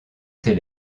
ces